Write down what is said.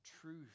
truth